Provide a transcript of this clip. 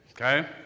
Okay